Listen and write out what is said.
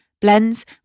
blends